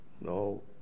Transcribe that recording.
No